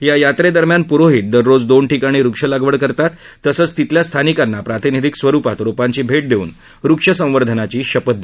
या यात्रेदरम्यान प्रोहीत दररोज दोन ठिकाणी वक्षलागवड करतात तसंच तिथल्या स्थानिकांना प्रातिनिधिक स्वरुपात रोपांची भेट देवून वृक्षसंवर्धनाची शपथ देत आहेत